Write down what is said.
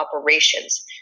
operations